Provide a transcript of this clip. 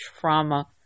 trauma